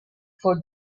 for